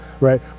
Right